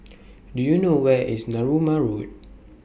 Do YOU know Where IS Narooma Road